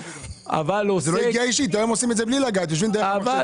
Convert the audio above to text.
היום עושים את זה בלי לגעת; יושבים ולוקחים